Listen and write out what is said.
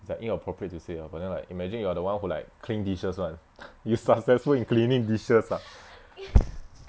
it's like inappropriate to say ah but then like imagine you are the one who like clean dishes [one] you successful in cleaning dishes ah